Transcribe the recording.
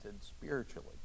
spiritually